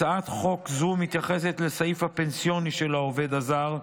הצעת חוק זו מתייחסת לסעיף הפנסיוני של העובד הזר.